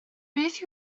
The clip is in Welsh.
beth